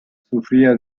sufría